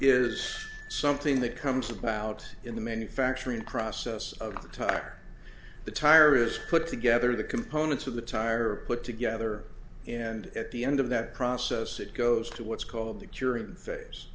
is something that comes about in the manufacturing process of the tire the tire is put together the components of the tire are put together and at the end of that process it goes to what's called the curing